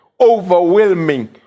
Overwhelming